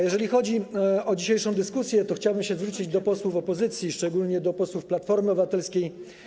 Jeżeli chodzi o dzisiejszą dyskusję, to chciałbym się zwrócić do posłów opozycji, szczególnie do posłów Platformy Obywatelskiej.